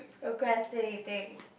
procrastinating